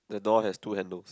the door has two handles